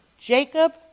Jacob